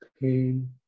pain